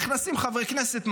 נכנסים חברי כנסת,